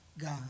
God